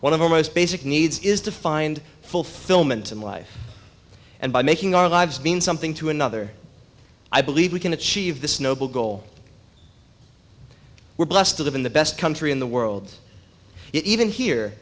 one of the most basic needs is to find fulfillment in life and by making our lives mean something to another i believe we can achieve this noble goal we're blessed to live in the best country in the world even here